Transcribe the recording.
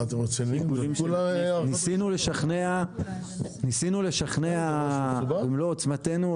ניסינו לשכנע במלוא עוצמתנו.